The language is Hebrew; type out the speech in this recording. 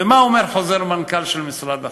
ומה אומר חוזר מנכ"ל משרד החינוך?